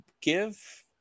give